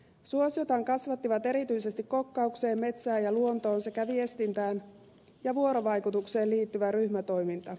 suosiotaan kasvatti erityisesti kokkaukseen metsään ja luontoon sekä viestintään ja vuorovaikutukseen liittyvä ryhmätoiminta